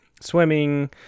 swimming